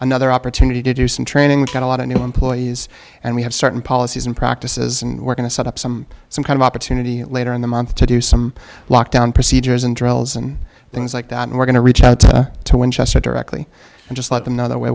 another opportunity to do some training and a lot of new employees and we have certain policies and practices and we're going to set up some some kind of opportunity later in the month to do some lockdown procedures and drills and things like that and we're going to reach out to winchester directly and just let them know what